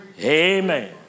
Amen